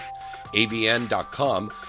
avn.com